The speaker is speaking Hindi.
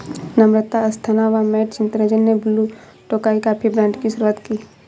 नम्रता अस्थाना व मैट चितरंजन ने ब्लू टोकाई कॉफी ब्रांड की शुरुआत की